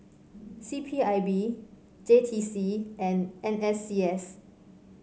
C P I B J T C and N S C S